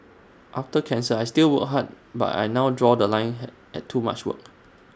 after cancer I still work hard but I now draw The Line hat at too much work